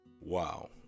wow